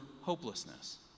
hopelessness